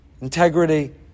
integrity